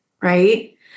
right